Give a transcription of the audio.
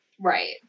Right